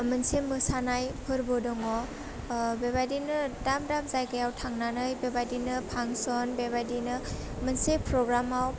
मोनसे मोसानाय फोरबो दङ ओह बेबायदिनो दाब दाब जायगायाव थांनानै बेबायदिनो फांशन बेबायदिनो मोनसे पग्रामाव